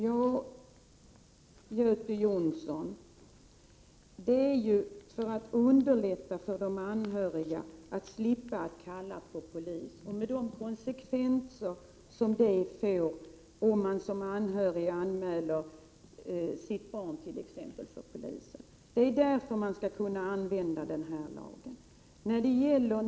Till Göte Jonsson vill jag säga att man skall kunna använda den här lagen för att underlätta för de anhöriga att slippa kalla på polis — med de konsekvenser som det får om man t.ex. som anhörig anmäler sitt barn för polisen.